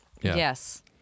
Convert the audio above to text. yes